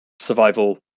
survival